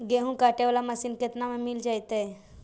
गेहूं काटे बाला मशीन केतना में मिल जइतै?